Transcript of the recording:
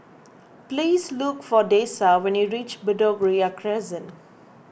please look for Dessa when you reach Bedok Ria Crescent